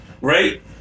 right